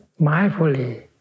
mindfully